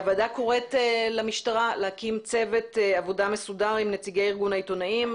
הוועדה קוראת למשטרה להקים צוות עבודה מסודר עם נציגי ארגון העיתונאים.